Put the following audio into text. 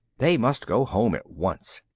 they must go home at once.